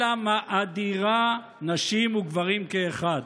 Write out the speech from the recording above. אלא מאדירה נשים וגברים כאחד.